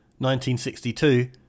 1962